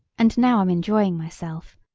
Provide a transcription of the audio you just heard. and now i'm enjoying myself.